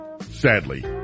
sadly